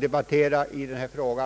debattera denna fråga.